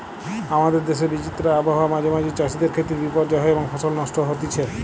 আমাদের দেশের বিচিত্র আবহাওয়া মাঁঝে মাঝে চাষিদের ক্ষেত্রে বিপর্যয় হয় এবং ফসল নষ্ট হতিছে